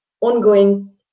ongoing